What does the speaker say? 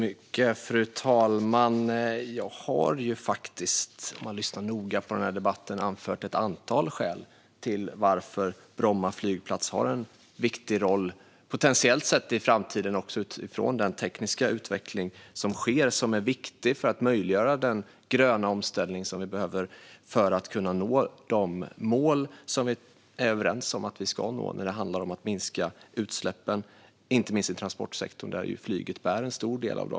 Fru talman! Jag har ju faktiskt, vilket man hört om man lyssnat noga på den här debatten, anfört ett antal skäl till att Bromma flygplats har en viktig roll - potentiellt också i framtiden, sett utifrån den tekniska utveckling som sker och som är viktig för att möjliggöra den gröna omställning som vi behöver för att kunna nå de mål som vi är överens om att vi ska nå när det handlar om att minska utsläppen inte minst i transportsektorn, där flyget står för en stor del.